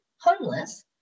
homeless